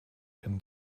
been